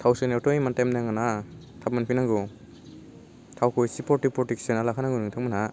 थाव सोनायावथ' इमान टाइम नाङाना थाब मोनफैनांगौ थावखौ एसे बरटिक बरटिक सोना लाखानांगौ नोंथांमोना